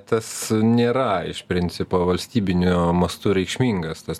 tas nėra iš principo valstybiniu mastu reikšmingas tas